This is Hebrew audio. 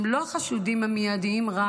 הם לא החשודים המיידיים רק